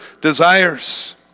desires